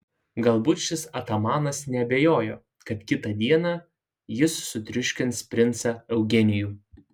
galbūt šis atamanas neabejojo kad kitą dieną jis sutriuškins princą eugenijų